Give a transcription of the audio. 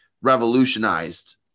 revolutionized